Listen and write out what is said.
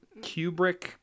Kubrick